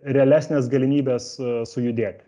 realesnes galimybes sujudėti